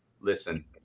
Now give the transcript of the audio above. listen